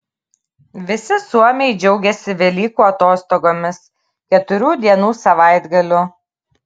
visi suomiai džiaugiasi velykų atostogomis keturių dienų savaitgaliu